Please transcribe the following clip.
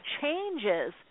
changes